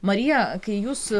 marija kai jūs